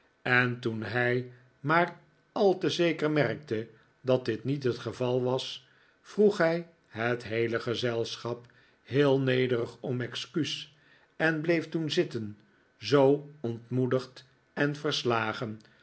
en toen hij maar al te zeker merkte dat dit niet het geval was vroeg hij het heele gezelschap heel nederig om excuus en bleef toen zitten zoo ontmoedigd en verslagen